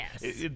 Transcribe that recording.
Yes